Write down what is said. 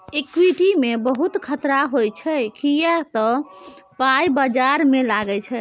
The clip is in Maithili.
इक्विटी मे बहुत खतरा होइ छै किए तए पाइ बजार मे लागै छै